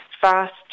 fast